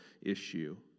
issue